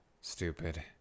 stupid